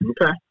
Okay